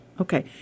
Okay